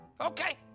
Okay